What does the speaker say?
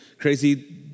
crazy